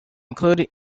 included